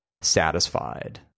satisfied